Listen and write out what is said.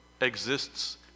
exists